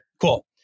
cool